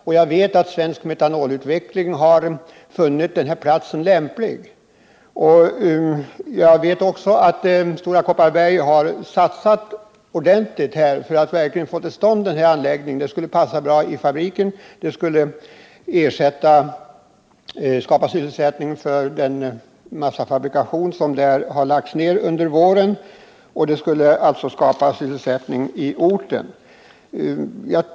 Jag vet emellertid att Svensk Metanolutveckling AB har funnit den här platsen lämplig, och jag vet också att Stora Kopparberg har satsat ordentligt på att verkligen få anläggningen till stånd. Den skulle passa bra i fabriken i stället för den massafabrikation som har lagts ner under våren, och den skulle skapa sysselsättning i orten.